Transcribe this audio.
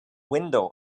window